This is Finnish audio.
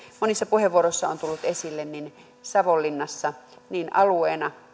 monissa puheenvuoroissa on tullut esille savonlinnassa niin alueena